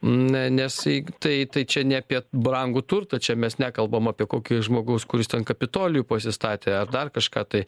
nes į tai tai čia ne apie brangų turtą čia mes nekalbam apie kokį žmogaus kuris ten kapitolijų pasistatė ar dar kažką tai